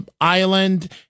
island